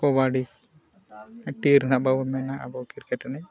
ᱠᱚᱵᱟᱰᱤ ᱴᱤᱨ ᱦᱟᱸᱜ ᱵᱟᱵᱚᱱ ᱢᱮᱱᱟ ᱟᱵᱚ ᱠᱨᱤᱠᱮᱴ ᱮᱱᱮᱡ